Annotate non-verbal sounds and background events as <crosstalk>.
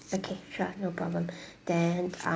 okay sure no problem <breath> then